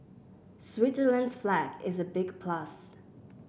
Switzerland's flag is a big plus